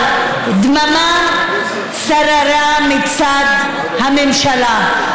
אבל דממה שררה מצד הממשלה.